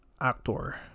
actor